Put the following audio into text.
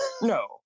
No